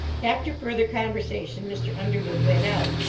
after further conversation mr. underwood went out,